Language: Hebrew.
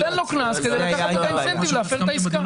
תן לו קנס כדי לקחת את התמריץ להפר את העסקה.